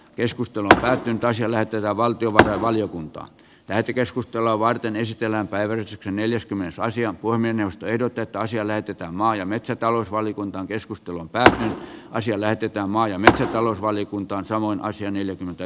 keskustelut käytiin täysillä töitä valtiovarainvaliokuntaan käyty keskustelua varten ystävänpäivä neljäs kymmenettä asia voi mennä ehdotetaan siellä pitää maa ja metsätalousvaliokunta keskustelun pääsevän asialle pitää maa ja metsätalousvaliokuntaan samanlaisia neljäkymmentä halua